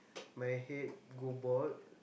my head go bald